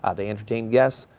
ah they entertain guests.